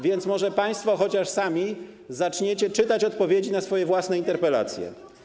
Więc może państwo chociaż sami zaczniecie czytać odpowiedzi na swoje własne interpelacje.